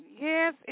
Yes